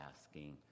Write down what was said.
asking